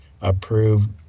approved